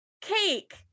cake